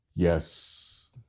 Yes